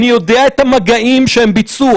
אני יודע את המגעים שהם ביצעו,